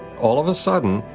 all of a sudden,